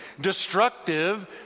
Destructive